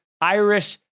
Irish